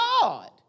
God